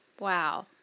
Wow